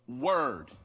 word